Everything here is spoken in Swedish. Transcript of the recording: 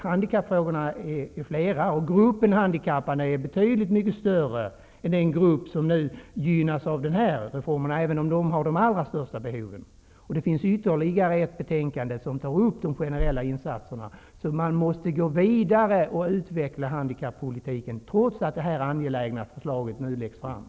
Handdikappfrågorna är flera, och gruppen handikappade är betydligt mycket större än den grupp som nu gynnas av den här reformen, även om den har de allra största behoven. I ytterligare ett betänkande tas frågan om de generella insatserna upp. Man måste alltså gå vidare och utveckla handikappolitiken, trots att förslag nu läggs fram om denna angelägna reform.